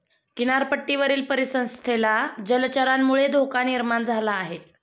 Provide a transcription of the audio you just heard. किनारपट्टीवरील परिसंस्थेला जलचरांमुळे धोका निर्माण झाला आहे